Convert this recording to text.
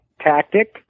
tactic